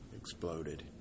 exploded